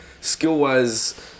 Skill-wise